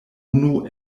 unu